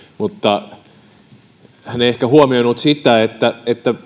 mutta ehkä huomioinut sitä että